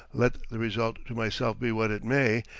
let the result to myself be what it may,